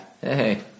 Hey